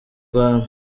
rwanda